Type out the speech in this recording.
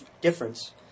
difference